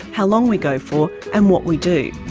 how long we go for, and what we do.